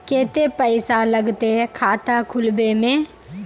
केते पैसा लगते खाता खुलबे में?